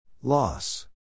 Loss